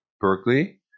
Berkeley